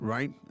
Right